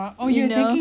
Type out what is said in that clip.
you know